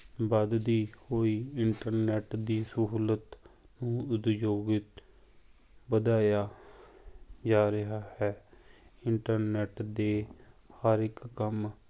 ਵੱਧਦੀ ਹੋਈ ਇੰਟਰਨੈੱਟ ਦੀ ਸਹੂਲਤ ਹੂੰ ਉਦਯੋਗਿਕ ਵਧਾਇਆ ਜਾ ਰਿਹਾ ਹੈ ਇੰਟਰਨੈੱਟ ਦੇ ਹਰ ਇੱਕ ਕੰਮ